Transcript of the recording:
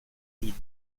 clyde